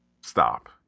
stop